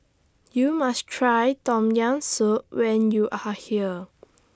YOU must Try Tom Yam Soup when YOU Are here